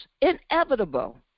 inevitable